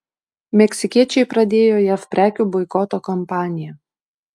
meksikiečiai pradėjo jav prekių boikoto kampaniją